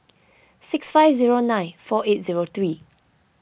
six five zero nine four eight zero three